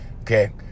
okay